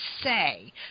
say